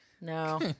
no